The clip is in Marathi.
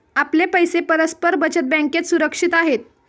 आपले पैसे परस्पर बचत बँकेत सुरक्षित आहेत